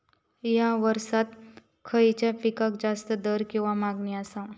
हया वर्सात खइच्या पिकाक जास्त दर किंवा मागणी आसा?